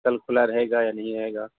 کل کھلا رہے گا یا نہیں رہے گا